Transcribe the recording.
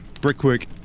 brickwork